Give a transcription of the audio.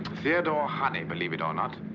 theodore honey, believe it or not.